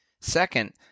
Second